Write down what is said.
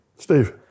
Steve